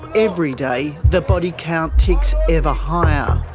every day, the body count ticks ever higher,